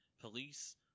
Police